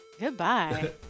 Goodbye